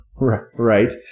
Right